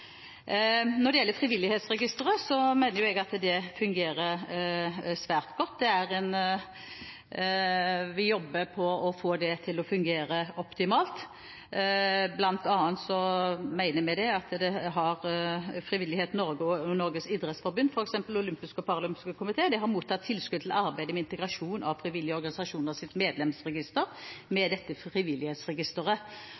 Når det gjelder Frivillighetsregisteret, mener jeg det fungerer svært godt. Vi jobber med å få det til å fungere optimalt. Blant annet har f.eks. Frivillighet Norge og Norges idrettsforbund og olympiske og paralympiske komité mottatt tilskudd til arbeidet med integrasjon av frivillige organisasjoners medlemsregister inn i Frivillighetsregisteret. Denne integrasjonsløsningen vil da bl.a. tilby organisasjoner en enklere måte for lokallagene å registrere og oppdatere opplysninger i Frivillighetsregisteret.